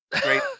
great